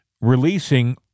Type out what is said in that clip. releasing